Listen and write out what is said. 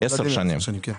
עשר שנים.